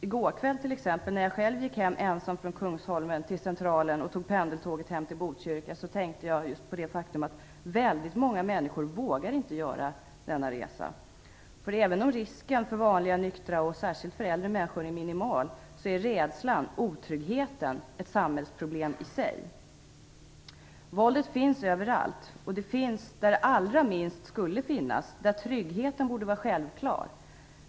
I går kväll, t.ex., gick jag själv ensam från Kungsholmen till Centralen och tog pendeltåget hem till Botkyrka. Då tänkte jag just på att många människor inte vågar göra denna resa. Även om risken för vanliga, nyktra och särskilt äldre människor är minimal är rädslan och otryggheten ett samhällsproblem i sig. Våldet finns överallt. Det finns där det allra minst borde finnas, där tryggheten borde vara självklar.